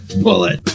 bullet